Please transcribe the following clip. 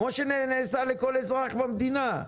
כמו שנעשה לכל אזרח במדינה.